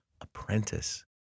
apprentice